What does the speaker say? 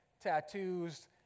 tattoos